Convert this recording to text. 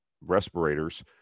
respirators